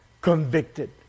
convicted